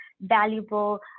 valuable